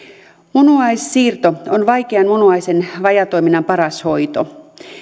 munuaissiirto on vaikean munuaisten vajaatoiminnan paras hoito